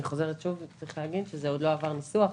אני חוזרת שוב, צריך להגיד שזה עוד לא עבר ניסוח.